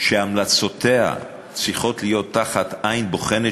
שהמלצותיה צריכות להיות תחת עין בוחנת